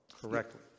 correctly